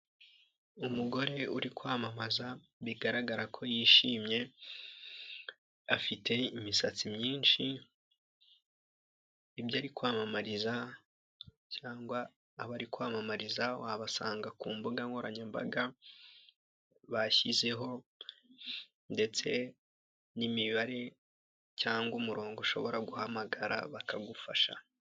Umugore uri kwamamaza bigaragara ko yishimye, afite imisatsi myinshi, ibyo ari kwamamariza cyangwa abo ari kwamamariza, wabasanga ku mbuga nkoranyambaga bashyizeho ndetse n'imibare cyangwa umurongo ushobora guhamagara bakagufasha.